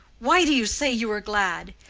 why do you say you are glad?